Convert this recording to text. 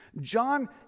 John